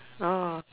oh